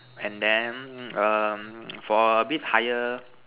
and then um for a bit higher